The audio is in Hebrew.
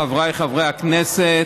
חבריי חברי הכנסת,